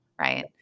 right